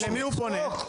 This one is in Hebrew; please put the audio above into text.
אז למי הוא פונה?